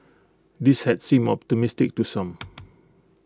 this had seemed optimistic to some